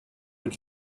when